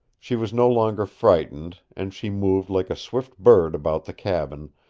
she was no longer frightened, and she moved like a swift bird about the cabin,